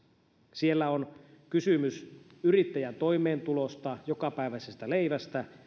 siellä on kysymys yrittäjän toimeentulosta jokapäiväisestä leivästä